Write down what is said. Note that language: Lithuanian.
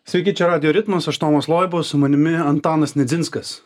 sveiki čia radijo rimtas aš tomas loiba su manimi antanas nedzinskas